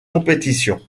compétition